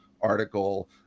article